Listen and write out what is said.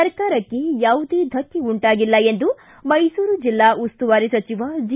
ಸರ್ಕಾರಕ್ಕೆ ಯಾವುದೇ ಧಕ್ಕೆ ಉಂಟಾಗಿಲ್ಲ ಎಂದು ಮೈಸೂರು ಜಿಲ್ಲಾ ಉಸ್ತುವಾರಿ ಸಚಿವ ಜಿ